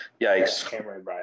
Yikes